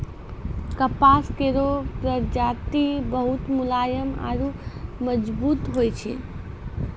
कपास केरो प्रजाति बहुत मुलायम आरु मजबूत होय छै